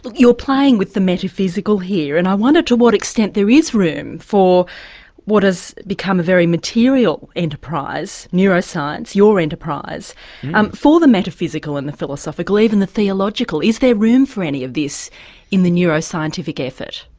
but playing with the metaphysical here, and i wondered to what extent there is room for what has become a very material enterprise neuroscience, your enterprise um for the metaphysical and the philosophical, even the theological. is there room for any of this in the neuroscientific effort?